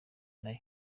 nayo